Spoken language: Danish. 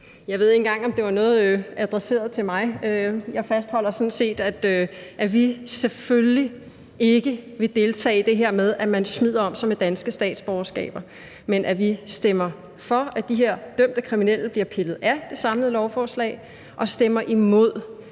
Jeg ved ikke engang, om det var noget, der var adresseret til mig. Jeg fastholder sådan set, at vi selvfølgelig ikke vil deltage i det her med, at man smider om sig med danske statsborgerskaber, så vi stemmer for, at de her dømte kriminelle bliver pillet af det samlede lovforslag, og stemmer imod